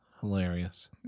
Hilarious